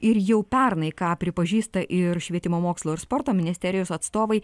ir jau pernai ką pripažįsta ir švietimo mokslo ir sporto ministerijos atstovai